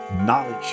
knowledge